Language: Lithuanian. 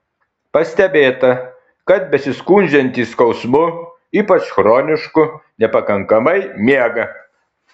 pastebėta kad besiskundžiantys skausmu ypač chronišku nepakankamai miega